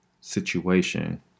situation